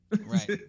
Right